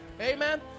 Amen